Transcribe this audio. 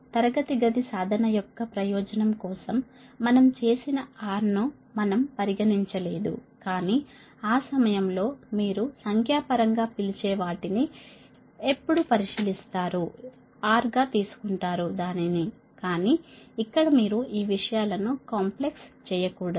తరగతి గది సాధన యొక్క ప్రయోజనం కోసం మనం చేసిన R ను మనం పరిగణించలేదు కానీ ఆ సమయంలో మీరు సంఖ్యాపరంగా పిలిచే వాటిని ఎప్పుడు పరిశీలిస్తారు R గా తీసుకుంటారు కానీ ఇక్కడ మీరు విషయాలను కాంప్లెక్స్ చేయకూడదు